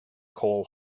coal